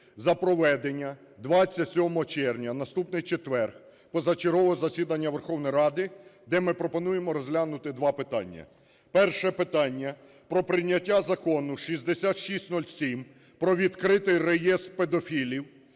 за проведення 27 червня, в наступний четвер, позачергового засідання Верховної Ради, де ми пропонуємо розглянути два питання. Перше питання: про прийняття Закону 6607 про відкритий реєстр педофілів.